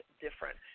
different